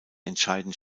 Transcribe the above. entscheidend